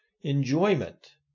enjoyment